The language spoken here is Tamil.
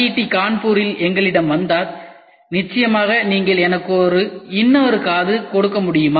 டி கான்பூரில் எங்களிடம் வந்தார் நிச்சயமாக நீங்கள் எனக்கு இன்னொரு காது கொடுக்க முடியுமா